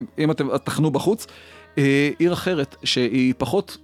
אם אתם תחנו בחוץ, עיר אחרת שהיא פחות...